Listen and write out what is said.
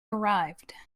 arrived